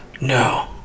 No